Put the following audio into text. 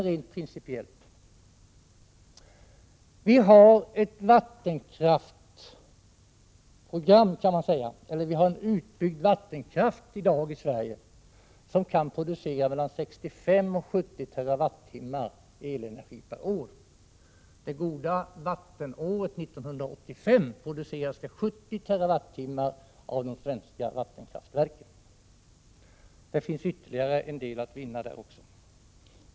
Jag vill bara ta upp en rent principiell diskussion. Vi har en utbyggd vattenkraft i dag i Sverige som kan producera mellan 65 och 70 TWh elenergi per år. Det goda vattenåret 1985 producerades det 70 TWh av de svenska vattenkraftverken. Det finns ytterligare en del att vinna.